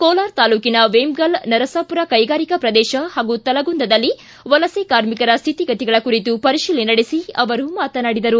ಕೋಲಾರ ತಾಲ್ಲೂಕಿನ ವೇಮಗಲ್ ನರಸಾಪುರ ಕೈಗಾರಿಕಾ ಪ್ರದೇಶ ಹಾಗೂ ತಲಗುಂದದಲ್ಲಿ ವಲಸೆ ಕಾರ್ಮಿಕರ ಸ್ಥಿತಿಗತಿಗಳ ಕುರಿತು ಪರಿಶೀಲನೆ ನಡೆಸಿ ಅವರು ಮಾತನಾಡಿದರು